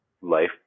life